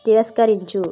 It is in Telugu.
తిరస్కరించు